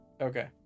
okay